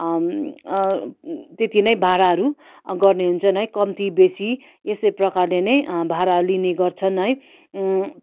त्यति नै भाडाहरू गर्ने हुन्छन् है कम्ती बेसी यस्तै प्रकारले नै भाडा लिने गर्छन् है